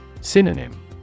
Synonym